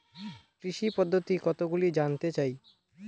কৃষি পদ্ধতি কতগুলি জানতে চাই?